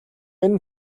энэ